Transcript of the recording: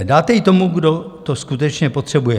Dáte ji tomu, kdo to skutečně potřebuje.